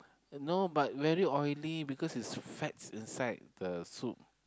no but very oily because is fats inside the soup